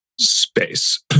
space